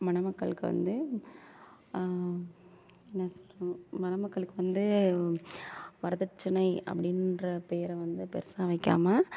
மணமக்களுக்கு வந்து என்ன சொல்வது மணமக்களுக்கு வந்து வரதட்சணை அப்படின்ற பேரை வந்து பெருசாக வைக்காமல்